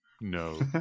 no